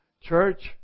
Church